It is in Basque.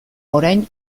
orain